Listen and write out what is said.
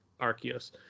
Arceus